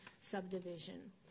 subdivision